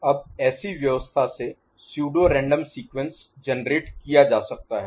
अब ऐसी व्यवस्था से सूडो रैंडम सीक्वेंस जेनेरेट किया जा सकता है